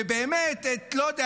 ולא יודע,